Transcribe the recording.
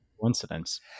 coincidence